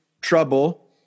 trouble